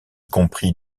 compris